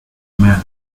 man